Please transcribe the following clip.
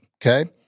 Okay